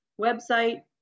website